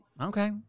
Okay